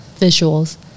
visuals